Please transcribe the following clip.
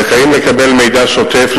זכאים לקבל מידע שוטף,